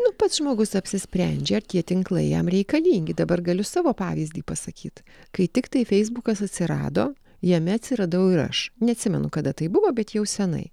nu pats žmogus apsisprendžia tie tinklai jam reikalingi dabar galiu savo pavyzdį pasakyt kai tiktai feisbukas atsirado jame atsiradau ir aš neatsimenu kada tai buvo bet jau senai